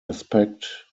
aspect